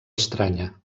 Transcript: estranya